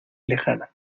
lejana